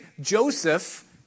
Joseph